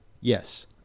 Yes